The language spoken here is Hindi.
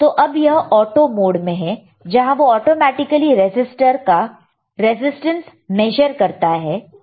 तो अब यह ऑटो मोड में है जहां वह ऑटोमेटिकली रजिस्टर का रेजिस्टेंस मेशर करता है